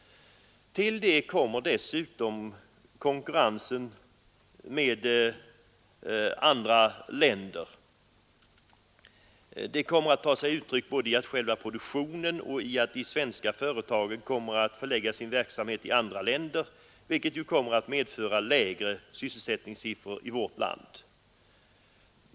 Till detta kommer konkurrensen med andra länder som tar sig uttryck både i själva produktionen och i att svenska företag förlägger sin verksamhet till andra länder, vilket medför lägre sysselsättningssiffror i vårt land.